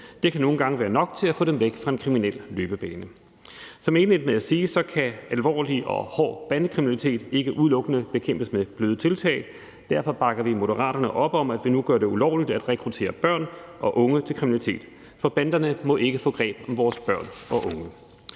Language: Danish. Det kan nogle gange være nok til at få dem væk fra en kriminel løbebane. Som jeg indledte med at sige, kan alvorlig og hård bandekriminalitet ikke udelukkende bekæmpes med bløde tiltag. Derfor bakker vi i Moderaterne op om, at vi nu gør det ulovligt at rekruttere børn og unge til kriminalitet, for banderne må ikke få greb om vores børn og unge.